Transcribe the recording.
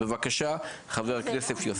בבקשה, חברת הכנסת.